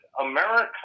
America